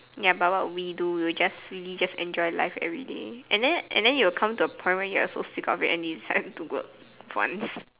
ya but what we do we'll just really just enjoy life everyday and then and then you'll come to a point where you're so sick of it and it's time to work once